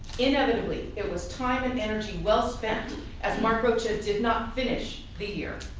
inevitably, it was time and energy well spent as mark rocha did not finish the year.